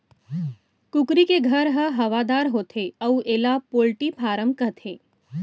कुकरी के घर ह हवादार होथे अउ एला पोल्टी फारम कथें